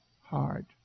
hard